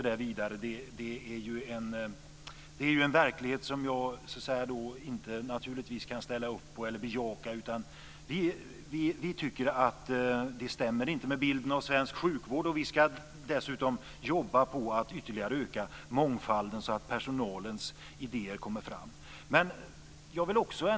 Det är naturligtvis en verklighet som jag inte kan ställa upp på eller bejaka. Vi tycker inte att det stämmer med bilden av svensk sjukvård. Vi ska dessutom jobba på att ytterligare öka mångfalden så att personalens idéer kommer fram.